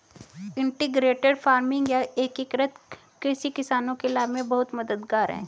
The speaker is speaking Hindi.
इंटीग्रेटेड फार्मिंग या एकीकृत कृषि किसानों के लाभ में बहुत मददगार है